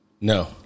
No